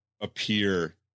appear